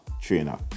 trainer